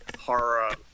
horror